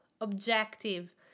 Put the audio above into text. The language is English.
objective